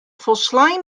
folslein